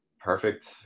perfect